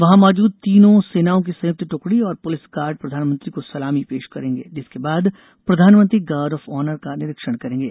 वहां मौजूद तीनों सेनाओं की संयुक्त ट्कड़ी और पुलिस गार्ड प्रधानमंत्री को सलामी पेश करेंगें जिसके बाद प्रधानमंत्री गार्ड ऑफ ऑनर का निरीक्षण करेंगे